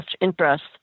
interest